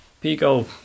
Pico